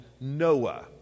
Noah